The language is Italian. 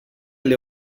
alle